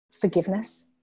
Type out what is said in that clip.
Forgiveness